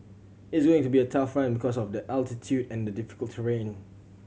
it's going to be a tough run because of the altitude and the difficult terrain